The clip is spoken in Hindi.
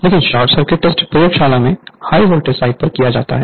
लेकिन शॉर्ट सर्किट टेस्ट प्रयोगशाला में हाय वोल्टेज साइड पर किया जाता है